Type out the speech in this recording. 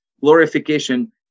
Glorification